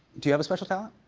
do you have a special talent?